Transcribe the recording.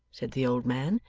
said the old man.